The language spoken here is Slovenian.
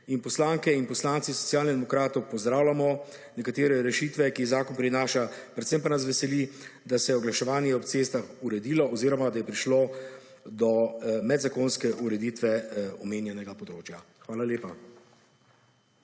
In poslanke in poslanci Socialnih demokratov pozdravljamo nekatere rešite, ki jih zakon prinaša, predvsem pa nas veseli, da se je oglaševanje ob cestah uredilo oziroma, da je prišlo do medzakonske ureditve omenjenega področja. Hvala lepa.